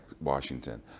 Washington